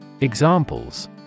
Examples